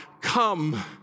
Come